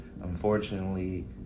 Unfortunately